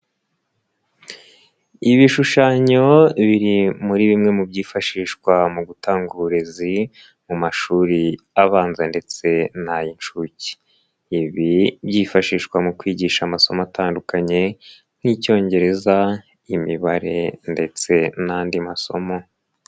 Ibishushanyo biri muri bimwe mu byifashishwa mu gutanga uburezi mu mashuri abanza ndetse n'ay'inshuke, ibi byifashishwa mu kwigisha amasomo atandukanye nk'Icyongereza, imibare ndetse n'andi masomo.